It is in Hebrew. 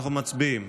אנחנו מצביעים.